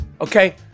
okay